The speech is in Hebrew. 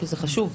זה חשוב.